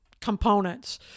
Components